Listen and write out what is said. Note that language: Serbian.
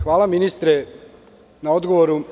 Hvala ministre na odgovoru.